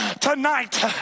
tonight